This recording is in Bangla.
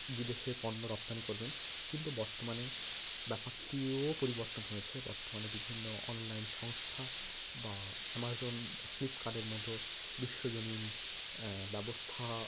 বিদেশের পণ্য রপ্তানি করবেন কিন্তু বর্তমানে ব্যাপারটিও পরিবর্তন হয়েছে বর্তমানে বিভিন্ন অনলাইন সংস্থা বা অ্যামাজন বা ফ্লিপকার্টের মতো বিশ্বজনীন ব্যবস্থা